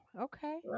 okay